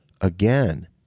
again